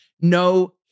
No